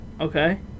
Okay